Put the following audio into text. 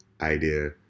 idea